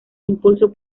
impulso